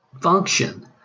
function